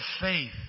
faith